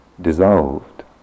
dissolved